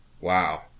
Wow